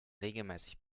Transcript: regelmäßig